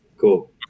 Cool